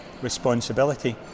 responsibility